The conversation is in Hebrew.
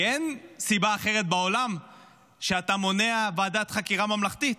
כי אין סיבה אחרת בעולם לכך שאתה מונע ועדת חקירה ממלכתית.